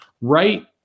right